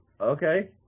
okay